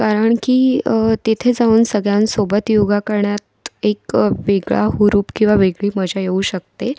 कारण की तिथे जाऊन सगळ्यांसोबत योगा करण्यात एक वेगळा हुरूप किंवा वेगळी मजा येऊ शकते